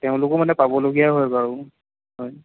তেওঁলোকেও মানে পাবলগীয়া হয় বাৰু হয়